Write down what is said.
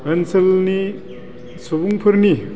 ओनसोलनि सुबुंफोरनि